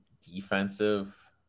defensive